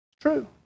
True